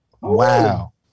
Wow